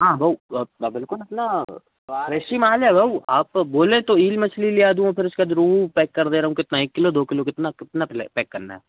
हाँ भाऊ बिल्कुल मतलब फ्रेश ही माल है भाऊ आपको बोले तो ईल मछली ले आ दूँ फिर उसके बाद रोहू पैक कर दे रहा हूँ कितना एक किलो दो किलो कितना कितना पैक करना है